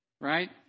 right